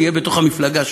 תהיה בתוך המפלגה שלך.